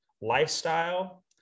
lifestyle